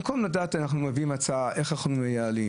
במקום להביא הצעה איך אנחנו מייעלים,